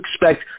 expect